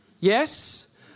Yes